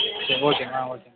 சரி ஓகே ஆ ஓகே